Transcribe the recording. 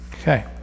okay